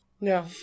No